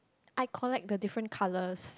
I collect the different colours